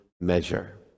measure